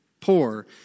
poor